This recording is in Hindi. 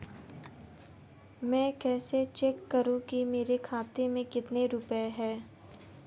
मैं कैसे चेक करूं कि मेरे खाते में कितने रुपए हैं?